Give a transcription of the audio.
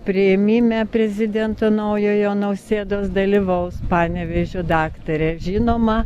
priėmime prezidento naujojo nausėdos dalyvaus panevėžio daktarė žinoma